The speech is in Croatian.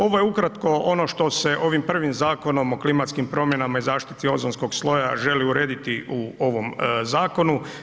Ovo je ukratko ono što se ovim prvim Zakonom o klimatskim promjenama i zaštiti ozonskog sloja želi urediti u ovom zakonu.